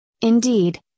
Indeed